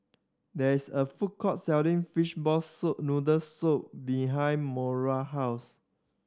there is a food court selling fishball soup noodle soup behind Moira house